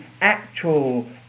actual